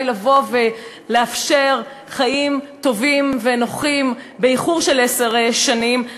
לבוא ולאפשר חיים טובים ונוחים באיחור של עשר שנים,